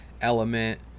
element